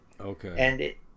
Okay